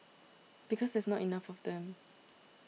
because there's not enough of them